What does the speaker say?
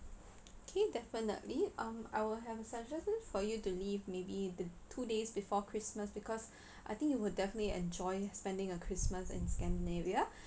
okay definitely um I will have a suggestion for you to leave maybe the two days before christmas because I think you will definitely enjoy spending a christmas in scandinavia